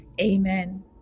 Amen